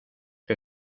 que